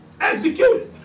execute